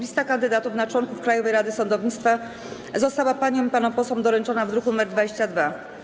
Lista kandydatów na członków Krajowej Rady Sądownictwa została paniom i panom posłom doręczona w druku nr 22.